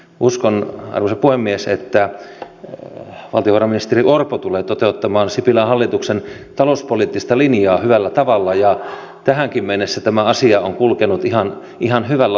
uskon arvoisa puhemies että valtiovarainministeri orpo tulee toteuttamaan sipilän hallituksen talouspoliittista linjaa hyvällä tavalla ja tähänkin mennessä tämä asia on kulkenut ihan hyvällä lailla